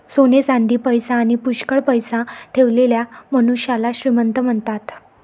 सोने चांदी, पैसा आणी पुष्कळ पैसा ठेवलेल्या मनुष्याला श्रीमंत म्हणतात